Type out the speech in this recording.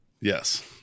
Yes